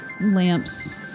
lamps